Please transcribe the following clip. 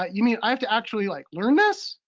ah you mean i have to actually like learn this?